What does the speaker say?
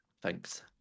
thanks